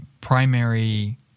primary